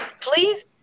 Please